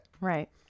right